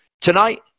Tonight